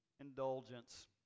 indulgence